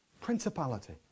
Principality